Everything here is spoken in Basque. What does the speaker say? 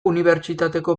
unibertsitateko